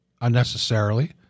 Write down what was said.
unnecessarily